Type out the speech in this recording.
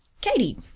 Katie